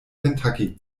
kentucky